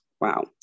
Wow